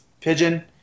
Pigeon